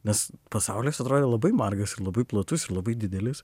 nes pasaulis atrodė labai margas ir labai platus ir labai didelis